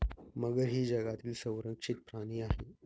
मगर ही जगातील संरक्षित प्राणी आहे